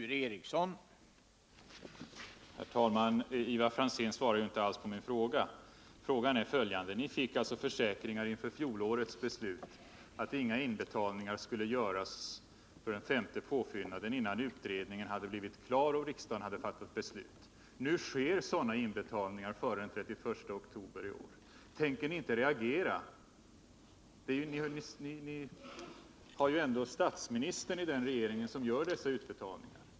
Herr talman! Ivar Franzén svarar ju inte alls på min fråga. Den är följande: Ni fick försäkringar inför fjolårets beslut att inga inbetalningar skulle göras till den femte påfyllnaden innan utredningen blivit klar och riksdagen fattat beslut. Nu sker sådana inbetalningar före den 31 oktober i år. Tänker ni inte reagera? Ni har ju statsministerposten i den regering som gör dessa utbetalningar.